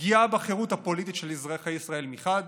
פגיעה בחירות הפוליטית של אזרחי ישראל מחד